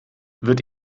wird